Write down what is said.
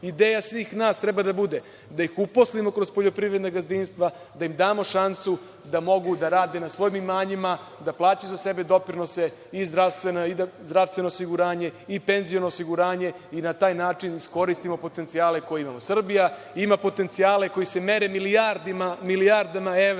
urade. Ideja svih nas treba da bude da ih uposlimo kroz poljoprivredna gazdinstva, da im damo šansu da mogu da rade na svojim imanjima, da plaćaju za sebe doprinose i zdravstveno osiguranje, i penziono osiguranje, i na taj način iskoristimo potencijale koje imamo. Srbija ima potencijale koji se mere milijardama evra,